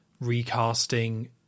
recasting